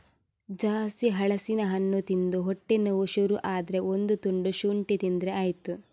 ಜಾಸ್ತಿ ಹಲಸಿನ ಹಣ್ಣು ತಿಂದು ಹೊಟ್ಟೆ ನೋವು ಶುರು ಆದ್ರೆ ಒಂದು ತುಂಡು ಶುಂಠಿ ತಿಂದ್ರೆ ಆಯ್ತು